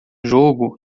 jogo